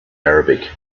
arabic